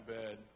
bed